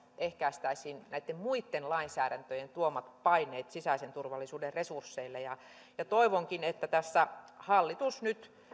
ehkäistäisiin näitten muitten lainsäädäntöjen tuomat paineet sisäisen turvallisuuden resursseille toivonkin että tässä hallitus nyt